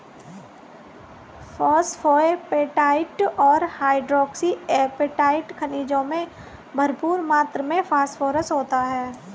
phosphoapatite और hydroxy apatite खनिजों में भरपूर मात्र में फोस्फोरस होता है